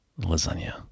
lasagna